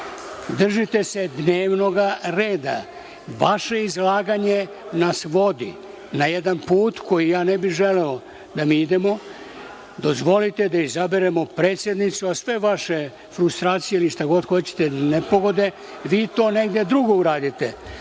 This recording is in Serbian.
se dnevnoga reda. Vaše izlaganje nas vodi na jedan put kojim ja ne bih želeo da mi idemo. Dozvolite da izaberemo predsednicu, a sve vaše frustracije ili šta god hoćete, nepogode, vi to negde drugo uradite.